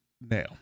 now